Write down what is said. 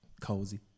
cozy